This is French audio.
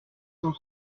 cent